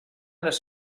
les